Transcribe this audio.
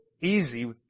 easy